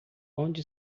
onde